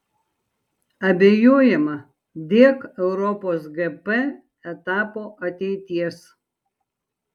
abejojama dėk europos gp etapo ateities